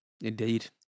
indeed